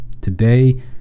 Today